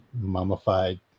mummified